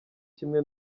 kimwe